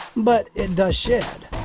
but it does shed.